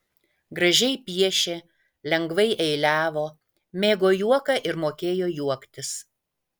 gražiai piešė lengvai eiliavo mėgo juoką ir mokėjo juoktis